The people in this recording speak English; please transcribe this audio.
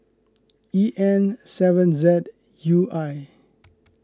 E M seven Z U I